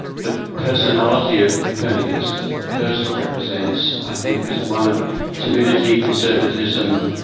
the personality of copernicus that koestler represents i think was one of timidity, conservatism.